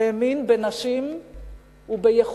הוא האמין בנשים וביכולתן,